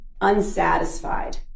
unsatisfied